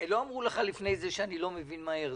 אמרו לך לפני שבאת שאני לא מבין מהר?